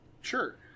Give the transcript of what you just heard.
Sure